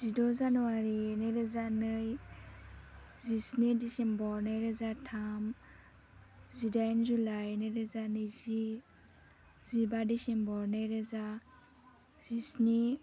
जिद' जानुवारि नै रोजा नै जिस्नि दिसेम्बर नैरोजा थाम जिदाइन जुलाइ नैरोजा नैजि जिबा दिसेम्बर नैरोजा जिस्नि